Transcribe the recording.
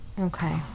Okay